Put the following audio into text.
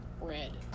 red